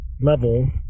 level